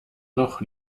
noch